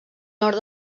nord